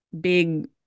big